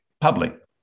public